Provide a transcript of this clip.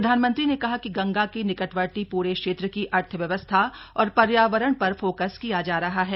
प्रधानमंत्री ने कहा कि गंगा के निकटवर्ती प्रे क्षेत्र की अर्थव्यवस्था और पर्यावरण पर फोकस किया जा रहा है